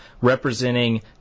representing